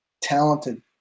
talented